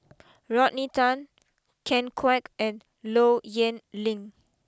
Rodney Tan Ken Kwek and Low Yen Ling